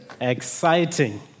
Exciting